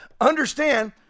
understand